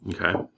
Okay